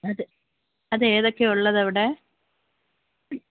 അത് അത് ഏതൊക്കെയാണ് ഉള്ളത് അവിടെ